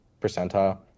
percentile